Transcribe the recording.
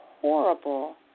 horrible